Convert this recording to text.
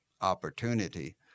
opportunity